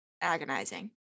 agonizing